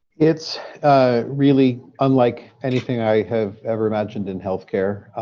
it's really unlike anything i have ever imagined in health care.